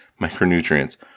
micronutrients